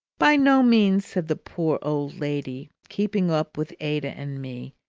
by no means, said the poor old lady, keeping up with ada and me.